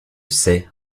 sait